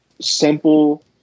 simple